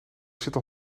zitten